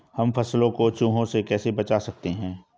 हम फसलों को चूहों से कैसे बचा सकते हैं?